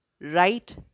right